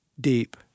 deep